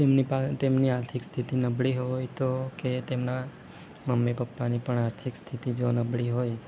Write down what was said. તેમની પાસે તેમની આર્થિક સ્થિતિ નબળી હોય તો કે તેમના મમ્મી પપ્પાની પણ આર્થિક સ્થિતિ જો નબળી હોય